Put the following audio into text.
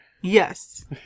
Yes